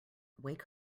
wake